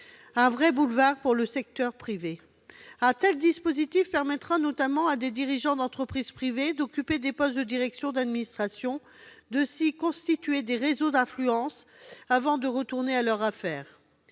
Un vrai boulevard pour le secteur privé ! Un tel dispositif permettra notamment à des dirigeants d'entreprises privées d'occuper des postes de direction d'administration, de s'y constituer des réseaux d'influence avant de retourner à leurs affaires.